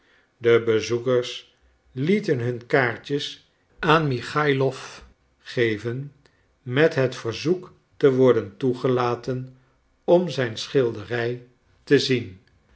de bezoekers lieten hun kaartjes aan michailof geven met het verzoek te worden toegelaten om zijn schilderij te zien